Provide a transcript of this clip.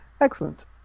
excellent